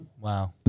wow